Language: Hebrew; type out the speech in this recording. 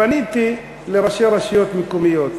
פניתי לראשי רשויות מקומיות